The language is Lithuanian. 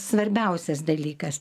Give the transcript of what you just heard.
svarbiausias dalykas